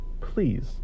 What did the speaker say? please